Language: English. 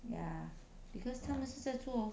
ya because 他们是在做